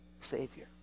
Savior